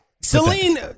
Celine